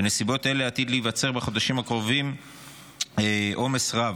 בנסיבות אלה עתיד להיווצר בחודשים הקרובים עומס רב.